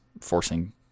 forcing